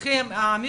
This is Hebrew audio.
מח'